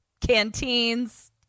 canteens